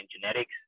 genetics